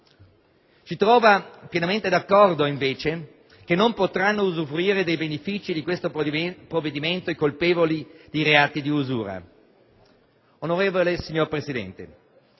Ci trova pienamente d'accordo, invece, che non potranno usufruire dei benefici di questo provvedimento i colpevoli di reati di usura. Onorevole signor Presidente,